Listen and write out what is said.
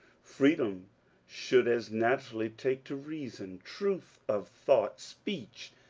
free dom should as naturally take to reason, truth of thought, speech,